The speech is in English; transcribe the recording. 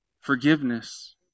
forgiveness